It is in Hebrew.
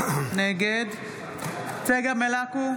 נגד צגה מלקו,